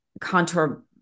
contour